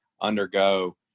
undergo